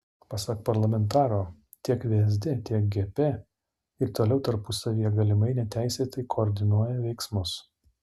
pasak parlamentaro tiek vsd tiek gp ir toliau tarpusavyje galimai neteisėtai koordinuoja veiksmus